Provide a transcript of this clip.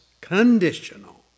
conditional